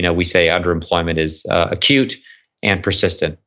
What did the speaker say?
yeah we say underemployment is acute and persistent,